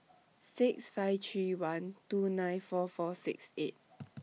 six five three one two nine four four six eight